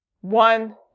one